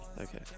Okay